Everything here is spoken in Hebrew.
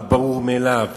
והוא ברור מאליו